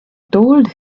told